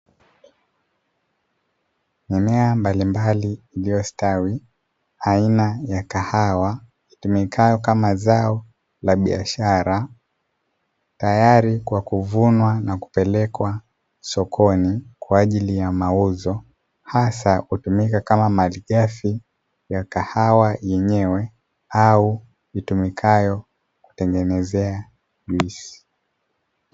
Mimea mbalimbali iliyostawi aina ya kahawa itumikayo kama zao la biashara tayari kwa kuvunwa na kupelekwa sokoni kwa ajili ya mauzo hasa hutumika kama malighafi ya kahawa yenyewe au itumikayo kutengenezea juisi.